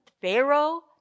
Pharaoh